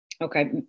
Okay